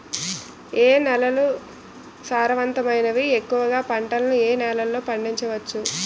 ఏ నేలలు సారవంతమైనవి? ఎక్కువ గా పంటలను ఏ నేలల్లో పండించ వచ్చు?